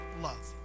Love